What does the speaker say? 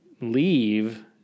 leave